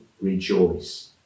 rejoice